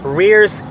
rears